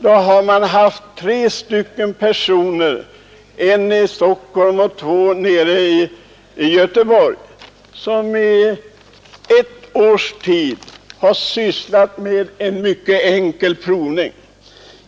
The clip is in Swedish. Då har man haft tre personer, en i Stockholm och två i Göteborg, som i ett års tid sysslat med en mycket enkel provning.